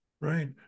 Right